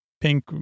pink